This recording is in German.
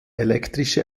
elektrische